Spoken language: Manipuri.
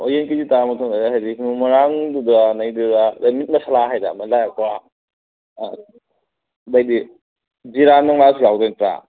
ꯑꯣ ꯌꯦꯟ ꯀꯦ ꯖꯤ ꯇꯔꯥꯃꯨꯛ ꯊꯣꯡꯗꯣꯏꯔꯥ ꯍꯥꯏꯗꯤ ꯃꯔꯨ ꯃꯔꯥꯡꯗꯨꯗ ꯂꯩꯗꯣꯏꯔ ꯃꯤꯠ ꯃꯁꯥꯂꯥ ꯍꯥꯏꯗꯅ ꯑꯃ ꯂꯥꯛꯑꯦꯀꯣ ꯑꯇꯩꯗꯤ ꯖꯤꯔꯥ ꯅꯨꯡꯂꯥꯁꯨ ꯌꯥꯎꯗꯣꯏ ꯅꯠꯇ꯭ꯔꯥ